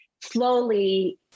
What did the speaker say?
slowly